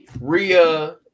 Rhea